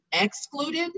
excluded